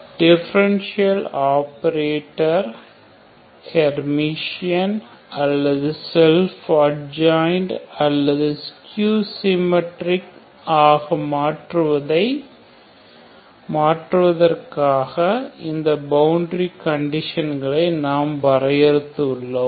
differential operator hermitian அல்லது self adjoint அல்லது skew symmetric ஆக மாற்றுவதற்காக இந்த ஃப்பவுண்டரி கண்டிசனை நாம் வரையறுத்து உள்ளோம்